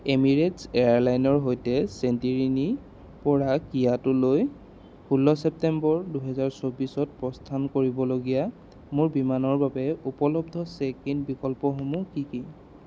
emirates এয়াৰলাইনৰ সৈতে ছেণ্টোৰিনিৰ পৰা কিয়োটোলৈ ষোল্ল ছেপ্টেম্বৰ দুহেজাৰ চৌবিছত প্ৰস্থান কৰিবলগীয়া মোৰ বিমানৰ বাবে উপলব্ধ চেক ইন বিকল্পসমূহ কি কি